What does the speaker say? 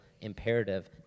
imperative